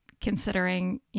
considering